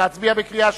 להצביע בקריאה שלישית?